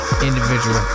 Individual